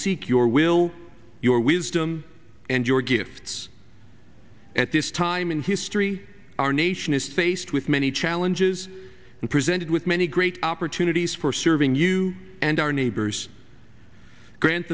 seek your will your wisdom and your gifts at this time in history our nation is faced with many challenges and presented with many great opportunities for serving you and our neighbors grant